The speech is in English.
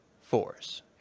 force